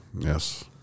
yes